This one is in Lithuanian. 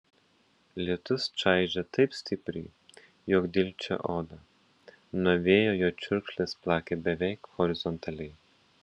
lietus čaižė taip stipriai jog dilgčiojo odą nuo vėjo jo čiurkšlės plakė beveik horizontaliai